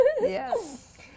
Yes